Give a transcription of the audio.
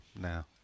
now